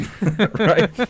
Right